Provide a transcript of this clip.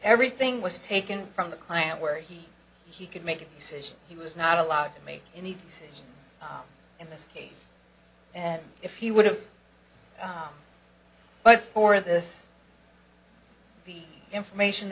everything was taken from the client where he he could make a decision he was not allowed to make any decisions in this case and if you would have but for this the information